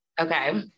Okay